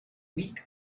week